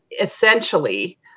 essentially